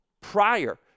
prior